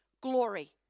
glory